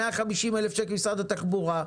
150,000 שקל ממשרד התחבורה,